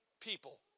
people